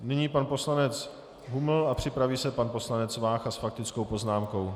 Nyní pan poslanec Huml a připraví se pan poslanec Vácha s faktickou poznámkou.